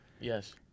Yes